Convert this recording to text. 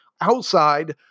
outside